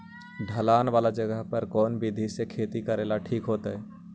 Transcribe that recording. ढलान वाला जगह पर कौन विधी से खेती करेला ठिक होतइ?